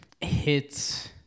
Hits